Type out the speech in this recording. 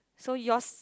so yours